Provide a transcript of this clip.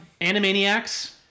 Animaniacs